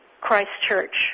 Christchurch